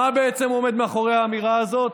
מה עומד מאחורי האמירה הזאת?